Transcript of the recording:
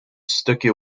stukje